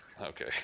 Okay